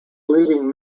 leading